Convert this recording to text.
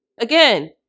Again